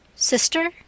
SISTER